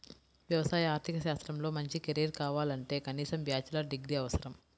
వ్యవసాయ ఆర్థిక శాస్త్రంలో మంచి కెరీర్ కావాలంటే కనీసం బ్యాచిలర్ డిగ్రీ అవసరం